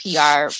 PR